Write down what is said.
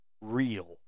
real